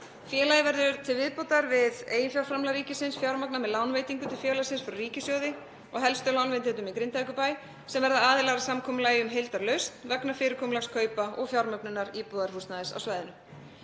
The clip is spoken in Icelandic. Félagið verður, til viðbótar við eiginfjárframlag ríkisins, fjármagnað með lánveitingu til félagsins frá ríkissjóði og helstu lánveitendum í Grindavíkurbæ sem verða aðilar að samkomulagi um heildarlausn vegna fyrirkomulags kaupa og fjármögnunar íbúðarhúsnæðis á svæðinu.